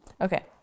Okay